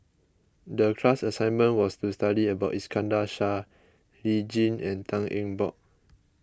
the class assignment was to study about Iskandar Shah Lee Tjin and Tan Eng Bock